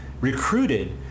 recruited